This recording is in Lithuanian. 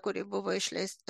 kuri buvo išleista